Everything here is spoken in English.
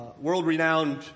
world-renowned